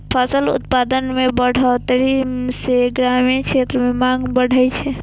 फसल उत्पादन मे बढ़ोतरी सं ग्रामीण क्षेत्र मे मांग बढ़ै छै